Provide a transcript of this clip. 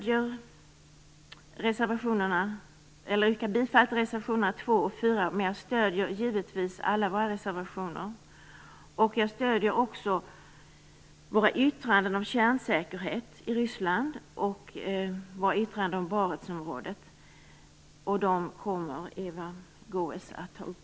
Jag yrkar bifall till reservationerna 2 och 3, men jag stöder givetvis alla våra reservationer. Jag stöder också våra särskilda yttranden om kärnsäkerhet i Ryssland och om Barentsområdet. Dem kommer Eva Goës att ta upp.